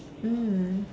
mm